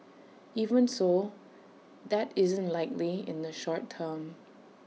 even so that isn't likely in the short term